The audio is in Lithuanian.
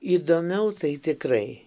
įdomiau tai tikrai